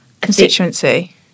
constituency